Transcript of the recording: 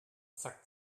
zack